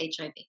HIV